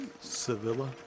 Sevilla